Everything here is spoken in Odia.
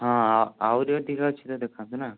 ହଁ ଆହୁରି ଅଧିକା ଅଛି ତ ଦେଖାନ୍ତୁ ନା